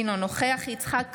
אינו נוכח יצחק קרויזר,